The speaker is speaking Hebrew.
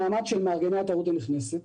במאמץ של מארגני התיירות הנכנסת,